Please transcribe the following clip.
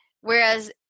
whereas